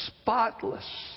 spotless